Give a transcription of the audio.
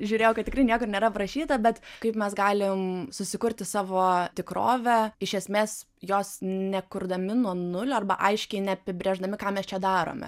žiūrėjau kad tikrai niekur nėra parašyta bet kaip mes galim susikurti savo tikrovę iš esmės jos nekurdami nuo nulio arba aiškiai neapibrėždami ką mes čia darome